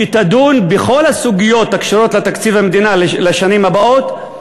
שתדון בכל הסוגיות הקשורות לתקציב המדינה לשנים הבאות,